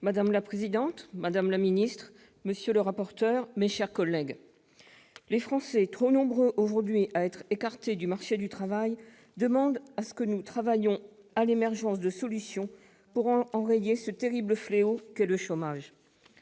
Madame la présidente, madame la ministre, monsieur le rapporteur, mes chers collègues, les Français, aujourd'hui trop nombreux à être écartés du marché du travail, demandent que nous oeuvrions à l'émergence de solutions pour enrayer ce terrible fléau qu'est le chômage.